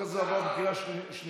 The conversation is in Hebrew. הצעת החוק עברה בקריאה שנייה.